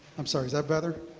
i'm sorry, is that better?